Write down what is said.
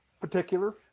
particular